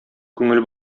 күңел